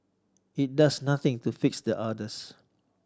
it does nothing to fix the others